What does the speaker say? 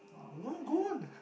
no go on